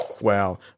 wow